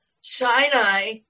Sinai